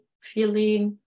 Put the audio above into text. feeling